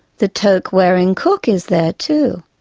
the toque-wearing cook is there, too,